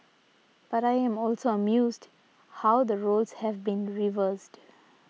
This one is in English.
but I am also amused how the roles have been reversed